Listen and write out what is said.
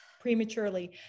prematurely